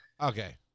Okay